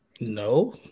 No